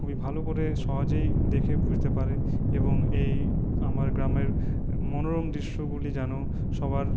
খুবই ভালো করে সহজেই দেখে বুঝতে পারে এবং এই আমার গ্রামের মনোরম দৃশ্যগুলি যেন সবার